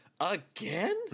again